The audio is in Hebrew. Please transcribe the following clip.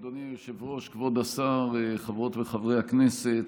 אדוני היושב-ראש, כבוד השר, חברות וחברי הכנסת,